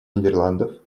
нидерландов